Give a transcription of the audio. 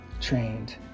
trained